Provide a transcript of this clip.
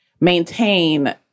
maintain